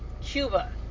Cuba